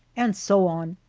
and so on.